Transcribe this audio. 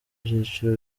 byiciro